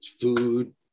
food